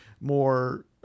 more